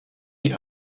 die